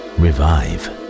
revive